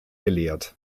gelehrt